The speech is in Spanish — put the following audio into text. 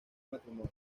matrimonio